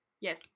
Yes